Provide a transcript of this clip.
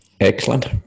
Excellent